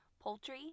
Poultry